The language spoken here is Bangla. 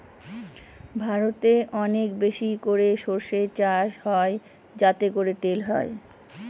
ভারতে অনেক বেশি করে সর্ষে চাষ হয় যাতে করে তেল হয়